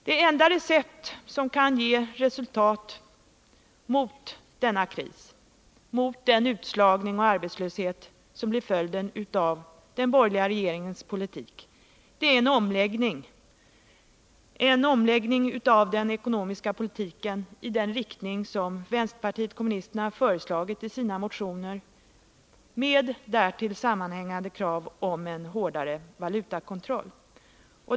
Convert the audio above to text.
Det enda recept som kan ge resultat i kampen mot denna kris, mot den utslagning och arbetslöshet som blir följden av den borgerliga regeringspolitiken, är den omläggning av hela den ekonomiska politiken som vpk har föreslagit i sin motion med därtill sammanhängande krav på en hårdare valutakontroll.